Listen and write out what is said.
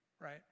right